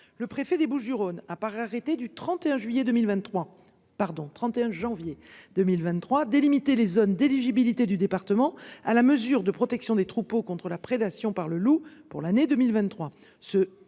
Le préfet des Bouches-du-Rhône a par arrêté du 31 juillet 2023. Pardon. 31 janvier 2023 délimiter les zones d'éligibilité du département à la mesure de protection des troupeaux contre la prédation par le loup pour l'année 2023,